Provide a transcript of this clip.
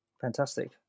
Fantastic